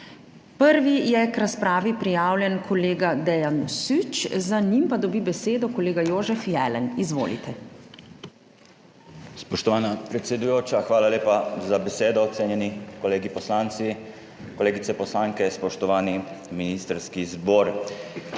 Prvi je k razpravi prijavljen kolega Dejan Süč, za njim pa dobi besedo kolega Jožef Jelen. Izvolite. DEJAN SÜČ (PS Svoboda): Spoštovana predsedujoča, hvala lepa za besedo. Cenjeni kolegi poslanci, kolegice poslanke, spoštovani ministrski zbor.